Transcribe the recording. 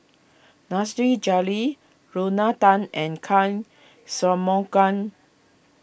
Nasir Jalil Lorna Tan and can Shanmugam